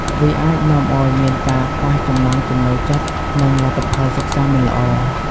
វាអាចនាំឲ្យមានការខ្វះចំណង់ចំណូលចិត្ត និងលទ្ធផលសិក្សាមិនល្អ។